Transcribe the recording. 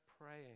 praying